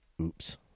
Oops